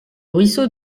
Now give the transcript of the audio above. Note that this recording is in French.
ruisseau